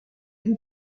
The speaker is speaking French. vous